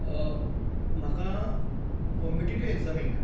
म्हाका कॉम्पिटेटिव एग्जामीक